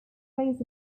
race